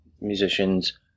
musicians